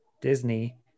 disney